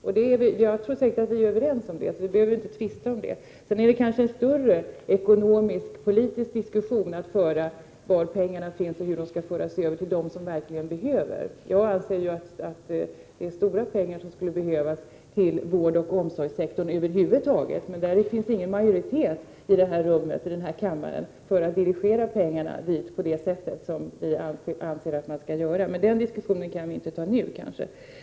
Vi är säkert överens om det, så vi behöver inte tvista om det. Sedan är det kanske en större ekonomisk-politisk diskussion att föra om var pengarna finns och hur de skall föras över till dem som verkligen behöver hjälp. Jag anser att stora pengar skulle behövas till vårdoch omsorgssektorn över huvud taget, men det finns inte någon majoritet i den här kammaren för att dirigera pengarna på det sätt som vi anser att man skall göra. Men den diskussionen kan vi kanske inte ta nu.